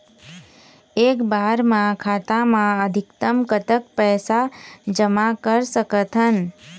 एक बार मा खाता मा अधिकतम कतक पैसा जमा कर सकथन?